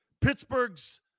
Pittsburgh's